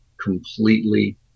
completely